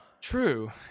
True